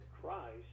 Christ